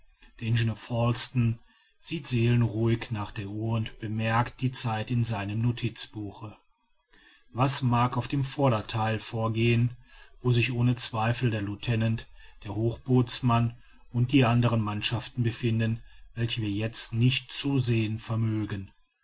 der ingenieur falsten sieht seelenruhig nach der uhr und bemerkt die zeit in seinem notizbuche was mag auf dem vordertheil vorgehen wo sich ohne zweifel der lieutenant der hochbootsmann und die anderen mannschaften befinden welche wir jetzt nicht zu sehen vermögen